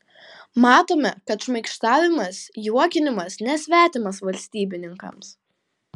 matome kad šmaikštavimas juokinimas nesvetimas valstybininkams